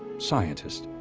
scientist,